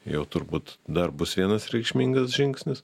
jau turbūt dar bus vienas reikšmingas žingsnis